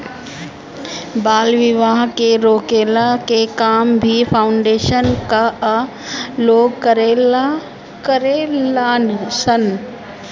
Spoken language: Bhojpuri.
बाल विवाह के रोकला के काम भी फाउंडेशन कअ लोग करेलन सन